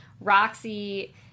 Roxy